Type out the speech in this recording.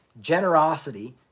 generosity